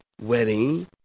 wedding